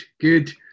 good